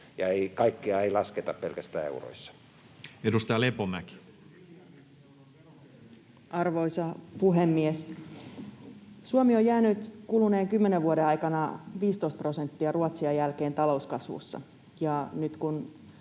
kaikkea ei lasketa pelkästään euroissa. Edustaja Lepomäki. Arvoisa puhemies! Suomi on jäänyt kuluneen kymmenen vuoden aikana 15 prosenttia Ruotsia jälkeen talouskasvussa, ja nyt kun